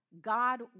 God